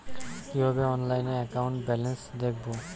কিভাবে অনলাইনে account balance দেখবো?